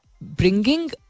bringing